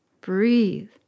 Breathe